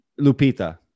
lupita